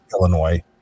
Illinois